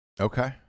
Okay